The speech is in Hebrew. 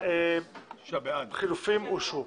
החילופים אושרו.